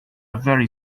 very